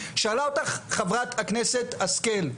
שאלה אותך חברת הכנסת השכל,